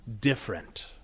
different